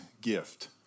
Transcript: gift